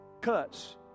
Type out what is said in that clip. Cuts